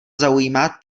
zaujímá